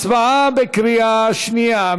הצבעה בקריאה שנייה.